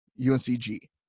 UNCG